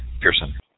Pearson